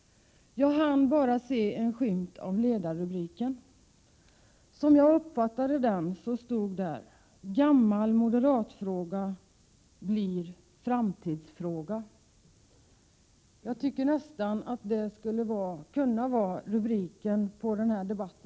Jag hann bara se en skymt av ledarrubriken. Om jag uppfattade den riktigt, stod det: Gammal moderatfråga blir framtidsfråga. Den rubriken tycker jag skulle kunna gälla för denna debatt.